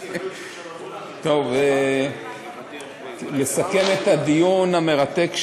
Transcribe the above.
טוב, לסכם את הדיון המרתק שהיה,